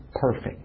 perfect